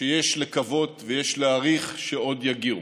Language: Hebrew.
שיש לקוות ויש להעריך שעוד יגיעו.